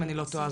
אם אני לא טועה,